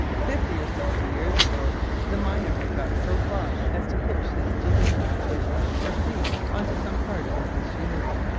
fifty or sixty years ago the miner had got so far as to hitch his jigging basket or sieve on to some part of his machinery,